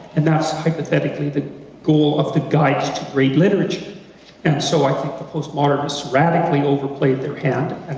and that's hypothetically the goal of the guides to great literature and so i think the postmodernists radically overplayed their hand,